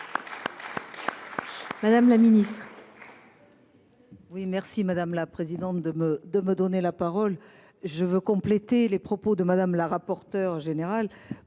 Mme la ministre.